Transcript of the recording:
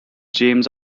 james